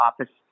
office